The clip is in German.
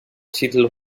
titel